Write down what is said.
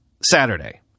Saturday